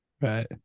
right